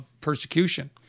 persecution